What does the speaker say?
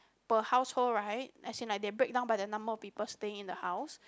per household right as in like they breakdown by the number of people staying in the house